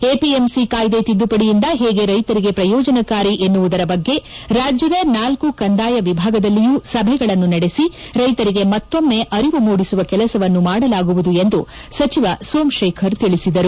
APMC ಕಾಯ್ದೆ ತಿದ್ದುಪಡಿಯಿಂದ ಹೇಗೆ ರೈತರಿಗೆ ಪ್ರಯೋಜನಕಾರಿ ಎನ್ನುವುದರ ಬಗ್ಗೆ ರಾಜ್ಯದ ನಾಲ್ಕು ಕಂದಾಯ ವಿಭಾಗದಲ್ಲಿಯೂ ಸಭೆಗಳನ್ನು ನಡೆಸಿ ರೈತರಿಗೆ ಮತ್ತೊಮ್ಮೆ ಅರಿವು ಮೂಡಿಸುವ ಕೆಲಸವನ್ನು ಮಾಡಲಾಗುವುದು ಎಂದು ಸಚಿವ ಸೋಮಶೇಖರ್ ತಿಳಿಸಿದರು